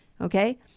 Okay